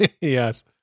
Yes